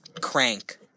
Crank